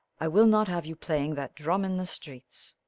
i will not have you playing that drum in the streets.